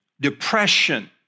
depression